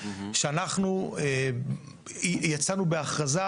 כשאנחנו יצאנו בהכרזה,